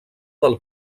del